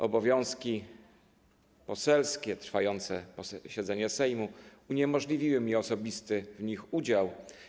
Obowiązki poselskie, trwające posiedzenie Sejmu uniemożliwiły mi osobisty w nich udział.